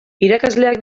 irakasleak